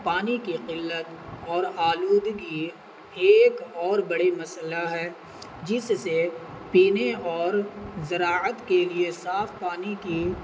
پانی کی قلت اور آلود کی ایک اور بڑی مسئلہ ہے جس سے پینے اور زراعت کے لیے صاف پانی کی